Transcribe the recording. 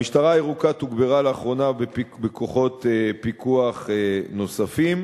המשטרה הירוקה תוגברה לאחרונה בכוחות פיקוח נוספים.